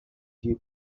few